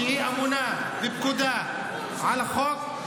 היא אמונה בפקודה על החוק,